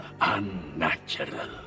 unnatural